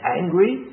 angry